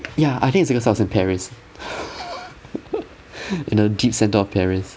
ya I think it's because I was in paris in the deep center of paris